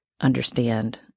understand